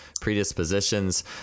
predispositions